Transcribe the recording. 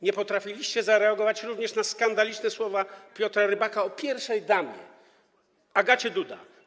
Nie potrafiliście zareagować również na skandaliczne słowa Piotra Rybaka o pierwszej damie, Agacie Dudzie.